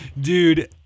dude